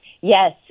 Yes